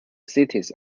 cities